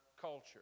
culture